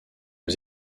aux